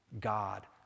God